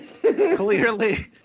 clearly